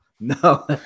No